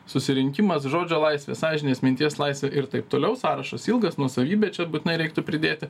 susirinkimas žodžio laisvė sąžinės minties laisvė ir taip toliau sąrašas ilgas nuosavybė čia būtinai reiktų pridėti